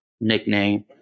nickname